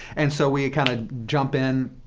and so we kind of jump in,